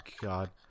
god